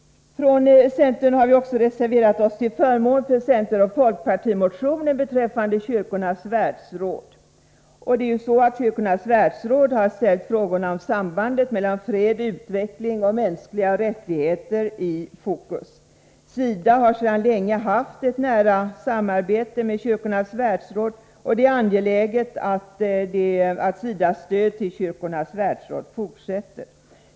Från centern har vi också reserverat oss till förmån för centeroch folkpartimotionen beträffande Kyrkornas världsråd, som har ställt frågorna om sambandet mellan fred, utveckling och mänskliga rättigheter i fokus. SIDA har sedan länge haft ett nära samarbete med Kyrkornas världsråd, och det är angeläget att SIDA:s stöd till Kyrkornas världsråd fortsätter.